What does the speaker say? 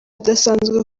idasanzwe